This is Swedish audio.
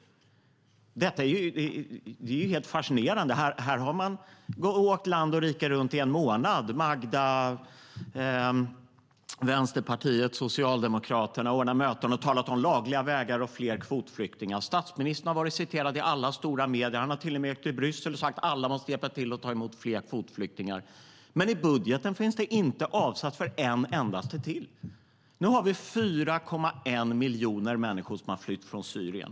Det är helt fascinerande. Här har man åkt land och rike runt i en månad - Magda, Vänsterpartiet och Socialdemokraterna - och ordnat möten och talat om lagliga vägar och fler kvotflyktingar. Statsministern har varit citerad i alla stora medier. Han har till och med åkt till Bryssel och sagt att alla måste hjälpa till att ta emot fler kvotflyktingar. Men i budgeten finns det inte avsatta medel för en endaste till. Nu har vi 4,1 miljoner människor som har flytt från Syrien.